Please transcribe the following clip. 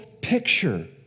picture